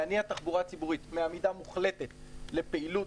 להניע תחבורה ציבורית מעמידה מוחלטת לפעילות